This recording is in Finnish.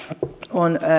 on